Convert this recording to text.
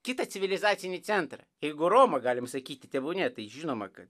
kitą civilizacinį centrą jeigu roma galime sakyti tebūnie tai žinoma kad